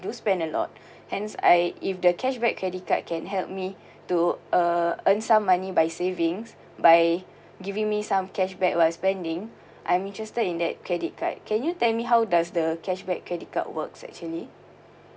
do spend a lot hence I if the cashback credit card can help me to uh earn some money by savings by giving me some cashback while spending I'm interested in that credit card can you tell me how does the cashback credit card works actually